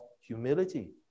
humility